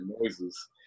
noises